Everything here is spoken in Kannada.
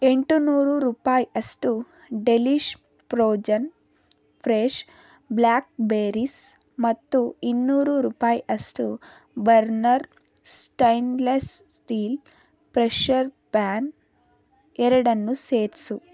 ಎಂಟು ನೂರು ರೂಪಾಯಿ ಅಷ್ಟು delish frozen fresh blackberries ಮತ್ತು ಇನ್ನೂರು ರೂಪಾಯಿ ಅಷ್ಟು burner stainless steel pressure pan ಎರಡನ್ನೂ ಸೇರಿಸು